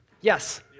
Yes